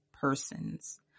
persons